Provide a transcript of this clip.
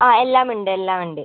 ആ എല്ലാം ഉണ്ട് എല്ലാം ഉണ്ട്